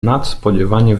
nadspodziewanie